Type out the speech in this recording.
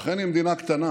בחריין היא מדינה קטנה